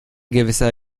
gewisser